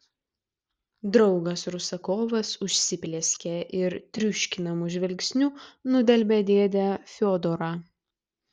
draugas rusakovas užsiplieskė ir triuškinamu žvilgsniu nudelbė dėdę fiodorą